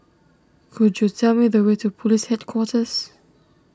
could you tell me the way to Police Headquarters